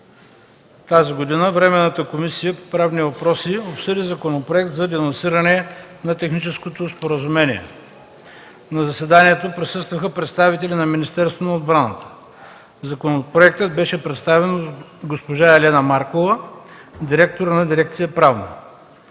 2013 г., Временната комисия по правни въпроси обсъди Законопроекта за денонсиране на Техническото споразумение. На заседанието присъстваха представители на Министерството на отбраната. Законопроектът беше представен от госпожа Елена Маркова – директор на дирекция „Правна”.